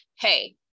Hey